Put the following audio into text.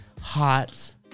hot